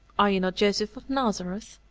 are you not joseph of nazareth?